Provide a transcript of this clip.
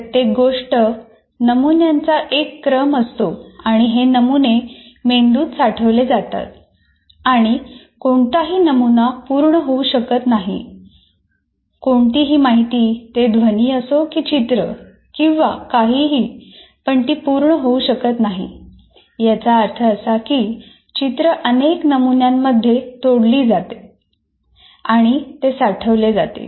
प्रत्येक गोष्ट नमुन्यांचा एक क्रम असतो आणि हे नमुने मेंदूत साठवले जातात आणि कोणताही नमुना पूर्ण होऊ शकत नाही याचा अर्थ असा की चित्र अनेक नमुन्यांमध्ये तोडली जातात आणि ते साठवले जातात